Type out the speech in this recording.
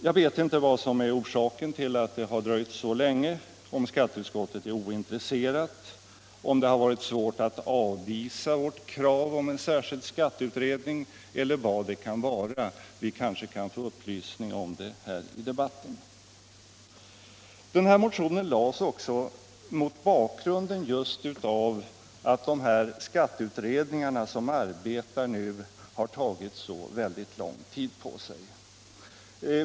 Jag vet inte vad som är orsaken till att det har dröjt så länge — om skatteutskottet är ointresserat, om det har varit svårt att avvisa vårt krav på en särskild skatteutredning eller vad det kan vara. Vi kanske kan få upplysning om det här i debatten. Den här motionen lades just mot bakgrunden av att de skatteutredningar som nu arbetar har tagit så lång tid på sig.